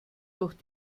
durch